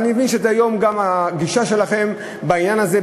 ואני מבין שזו היום גם הגישה שלכם בעניין הזה,